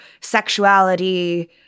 sexuality